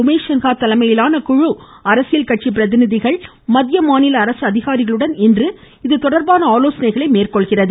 உமேஷ் சின்ஹா தலைமையிலான குழு அரசியல் கட்சி பிரதிநிதிகள் மற்றும் மத்திய மாநில அரசு அதிகாரிகளுடன் இன்று இதுதொடர்பாக ஆலோசனை மேற்கொள்கிறது